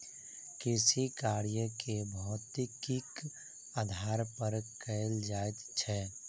कृषिकार्य के भौतिकीक आधार पर कयल जाइत छै